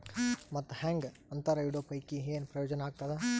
ಮತ್ತ್ ಹಾಂಗಾ ಅಂತರ ಇಡೋ ಪೈಕಿ, ಏನ್ ಪ್ರಯೋಜನ ಆಗ್ತಾದ?